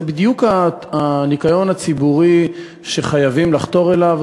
זה בדיוק הניקיון הציבורי שחייבים לחתור אליו,